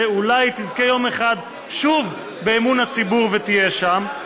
שאולי תזכה יום אחד שוב באמון הציבור ותהיה שם,